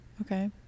okay